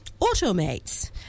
Automates